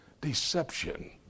deception